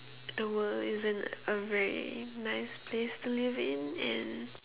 the world isn't a very nice place to live in and